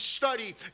study